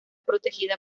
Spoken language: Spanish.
protegida